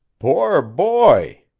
poor boy!